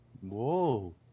Whoa